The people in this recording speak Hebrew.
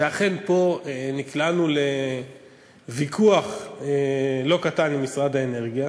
ואכן פה נקלענו לוויכוח לא קטן עם משרד האנרגיה